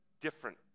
different